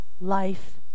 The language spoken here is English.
life